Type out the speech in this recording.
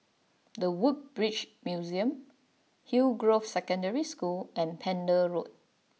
The Woodbridge Museum Hillgrove Secondary School and Pender Road